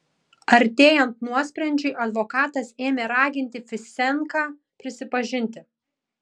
artėjant nuosprendžiui advokatas ėmė raginti fisenką prisipažinti